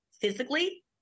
physically